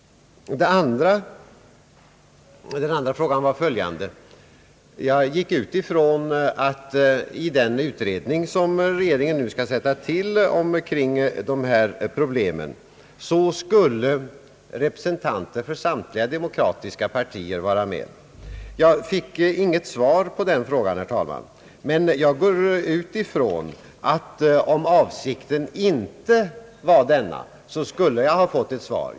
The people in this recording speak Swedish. Den andra frågan gällde följande. Jag utgick ifrån att representanter för samtliga demokratiska partier skall vara med i den utredning som regeringen nu skall tillsätta kring dessa problem. Jag fick inget svar på den frågan, herr talman, men jag utgår ifrån att om avsikten inte var denna, så skulle jag ha fått ett svar.